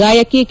ಗಾಯಕಿ ಕೆ